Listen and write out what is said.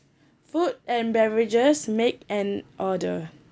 food and beverages make an order